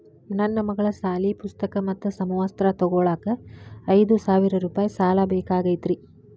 ನನ್ನ ಮಗಳ ಸಾಲಿ ಪುಸ್ತಕ್ ಮತ್ತ ಸಮವಸ್ತ್ರ ತೊಗೋಳಾಕ್ ಐದು ಸಾವಿರ ರೂಪಾಯಿ ಸಾಲ ಬೇಕಾಗೈತ್ರಿ